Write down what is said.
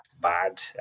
bad